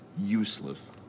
useless